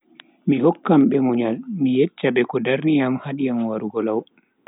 Mi hokkan be munyal, mi yeccga be ko darni am hadi am warugo lau.